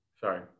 sorry